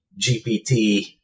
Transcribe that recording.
GPT